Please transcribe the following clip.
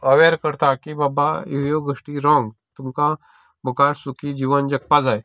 अवेर करता की बाबा ह्यो ह्यो गोश्टी रोंग तुका मुखार सुखी जिवन जगपाक जाय